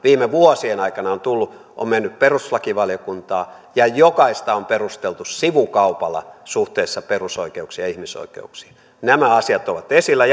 viime vuosien aikana on tullut on mennyt perustuslakivaliokuntaan ja jokaista on perusteltu sivukaupalla suhteessa perusoikeuksiin ja ihmisoikeuksiin nämä asiat ovat esillä